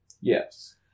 Yes